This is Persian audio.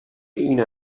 این